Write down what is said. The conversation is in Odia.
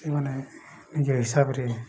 ସେମାନେ ନିଜ ହିସାବରେ